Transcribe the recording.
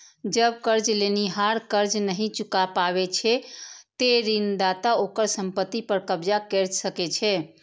जब कर्ज लेनिहार कर्ज नहि चुका पाबै छै, ते ऋणदाता ओकर संपत्ति पर कब्जा कैर सकै छै